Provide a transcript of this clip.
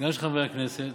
וגם של חברי הכנסת,